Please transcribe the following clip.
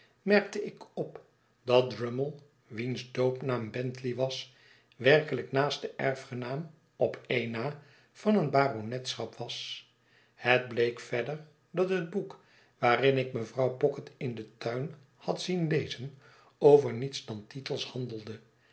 merkte ik op dat drummle wiens doopnaam bentley was werkelijk naaste erfgenaam op n na van een baronetschap was het bleek verder dat het boek waarin ik mevrouw pocket in den tuin had zien lezen over niets dan titels handelde